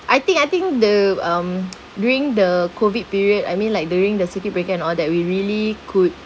I think I think the um during the COVID period I mean like during the circuit breaker and all that we really could